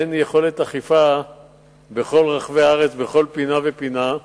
אין יכולת אכיפה בכל רחבי הארץ, בכל פינה ופינה,